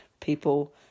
people